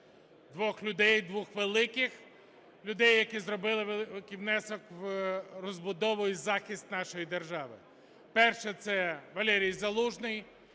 двох людей, двох великих людей, які зробили великий внесок в розбудову і захист нашої держави. Перший – це Валерій Залужний.